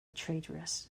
traitorous